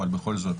אבל בכל זאת